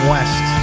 West